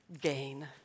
gain